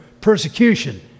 persecution